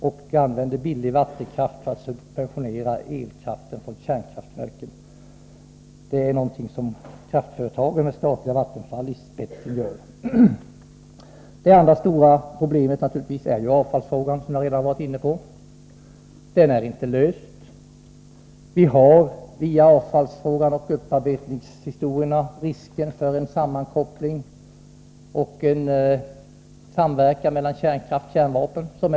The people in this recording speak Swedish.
Man använder billig vattenkraft för att subventionera elkraften från kärnkraftverken. Det är någonting som kraftföretagen gör, med statliga Vattenfall i spetsen. Det andra stora problemet är naturligtvis avfallsfrågan, som jag redan varit inne på. Den frågan är ännu inte löst. När det gäller avfallsfrågan och upparbetningen föreligger nämligen risk för en koppling och en samverkan mellan kärnkraften å ena sidan och kärnvapnen å andra sidan.